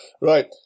Right